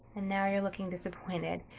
and now you're looking disappointed.